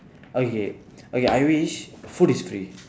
okay okay I wish food is free